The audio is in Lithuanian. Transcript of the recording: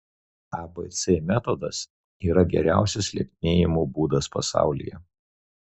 abc metodas yra geriausias lieknėjimo būdas pasaulyje